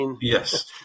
Yes